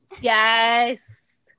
yes